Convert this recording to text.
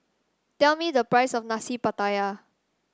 tell me the price of Nasi Pattaya